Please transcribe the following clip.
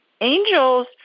angels